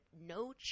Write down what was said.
no